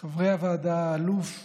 חברי הוועדה האלוף במיל'